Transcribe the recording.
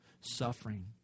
suffering